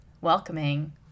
welcoming